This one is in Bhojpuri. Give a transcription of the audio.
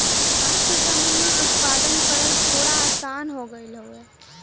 आज के समय में उत्पादन करल थोड़ा आसान हो गयल हउवे